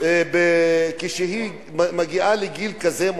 כשהיא מגיעה לגיל כזה,